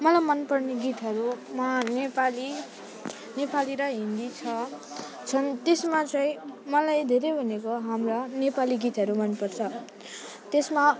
मलाई मन पर्ने गीतहरूमा नेपाली नेपाली र हिन्दी छ छन् त्यसमा चाहिँ मलाई धेरै भनेको हाम्रा नेपाली गीतहरू मन पर्छ त्यसमा